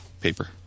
paper